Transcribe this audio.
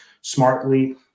smartly